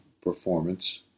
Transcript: performance